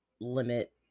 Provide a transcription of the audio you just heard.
limit